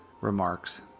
remarks